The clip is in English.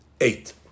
eight